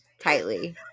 tightly